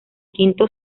quinto